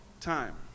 time